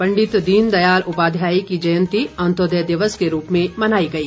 पंडित दीन दयाल उपाध्याय की जयंती अंत्योदय दिवस के रूप में मनाई गई